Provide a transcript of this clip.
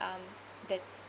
um the